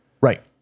Right